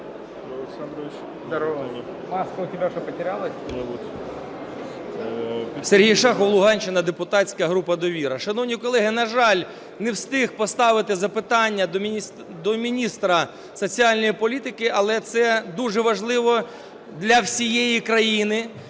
Сергій Шахов, Луганщина, депутатська група "Довіра". Шановні колеги, на жаль, не встиг поставити запитання до міністра соціальної політики, але це дуже важливо для всієї країни.